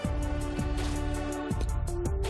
היום יום חמישי